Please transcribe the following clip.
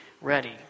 ready